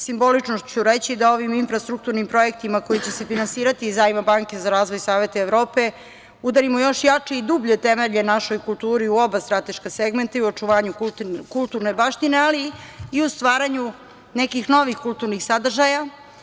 Simbolično ću reći da ovim infrastrukturnim projektima kojima će se finansirati iz zajma Banke za razvoj Sveta Evrope udarimo još jači i dublje temelje našoj kulturi u oba strateška segmenta i u očuvanju kulturne baštine ali i u stvaranju nekih novih kulturnih sadržaja.